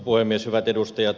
hyvät edustajat